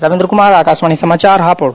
रविन्द्र कुमार आकाशवाणी समाचार हापुड़